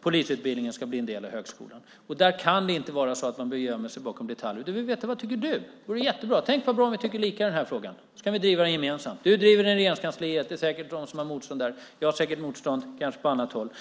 polisutbildningen ska bli en del av högskolan? Du behöver inte gömma dig bakom detaljer utan låt oss veta: Vad tycker du? Tänk vad bra om vi tycker lika i denna fråga! Då kan vi driva den gemensamt. Du driver den i Regeringskansliet, det finns säkert något motstånd där, och jag möter säkert motstånd på annat håll.